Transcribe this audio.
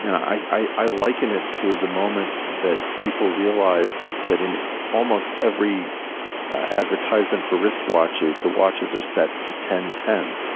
and i i liken it to the moment that people realize that in almost every advertisement for wristwatches, the watches are set to ten ten.